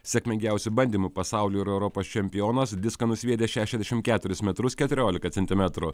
sėkmingiausiu bandymu pasaulio ir europos čempionas diską nusviedė šešiasdešim keturis metrus keturiolika centimetrų